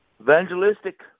Evangelistic